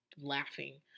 laughing